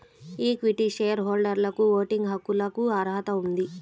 equity share హోల్డర్లకుఓటింగ్ హక్కులకుఅర్హత ఉంది